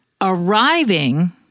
arriving